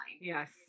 Yes